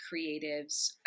creatives